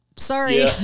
sorry